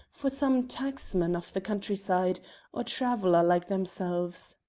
for some tacksman of the countryside, or a traveller like themselves.